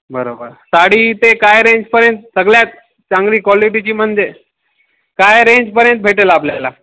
बरं बर साडी ते काय रेंजपर्यंत सगळ्यात चांगली क्वालिटीची मध्ये काय रेंजपर्यंत भेटेल आपल्याला